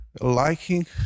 liking